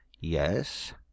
Yes